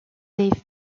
les